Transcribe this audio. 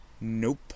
Nope